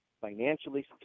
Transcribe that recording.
financially